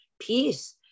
peace